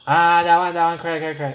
ah that one that one correct correct correct